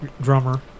drummer